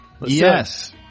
Yes